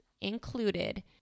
included